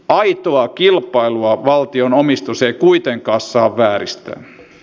aitoa kilpailua valtionomistus ei kuitenkaan saa vääristää